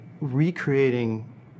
recreating